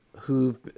who've